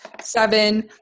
seven